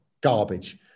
garbage